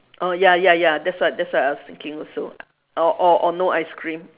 oh ya ya ya that's what that's what I was thinking also or or or no ice cream